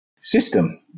system